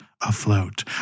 afloat